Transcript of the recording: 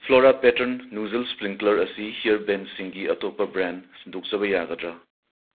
flora pattern nozzle sprinkler ꯑꯁꯤ ꯍꯤꯌꯔ ꯕꯦꯟꯁꯤꯡꯒꯤ ꯑꯇꯣꯞꯄ ꯕ꯭ꯔꯦꯟ ꯁꯤꯟꯗꯣꯛꯆꯕ ꯌꯥꯒꯗꯔ